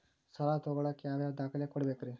ಸಾಲ ತೊಗೋಳಾಕ್ ಯಾವ ಯಾವ ದಾಖಲೆ ಕೊಡಬೇಕ್ರಿ?